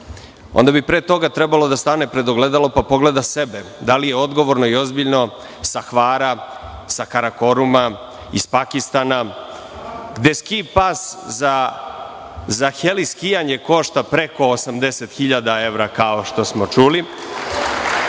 onda bi pre toga trebalo da stane pred ogledalo i da pogleda sebe, da li je odgovorno i ozbiljno sa Hvara, sa Karakoruma, iz Pakistana, gde ski-pas za heli skijanje košta preko 80.000 evra, ako što smo čuli.